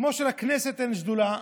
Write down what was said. כמו שלכנסת אין שדולה,